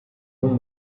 bon